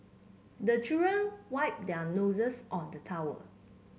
the children wipe their noses on the towel